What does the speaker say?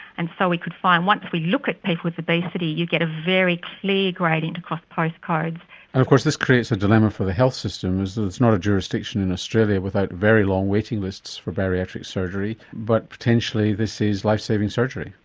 and so we could find that once we look at people with obesity you get a very clear gradient across postcodes. and of course this creates a dilemma for the health system. there's not a jurisdiction in australia without very long waiting lists for bariatric surgery, but potentially this is life-saving surgery.